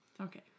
okay